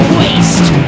waste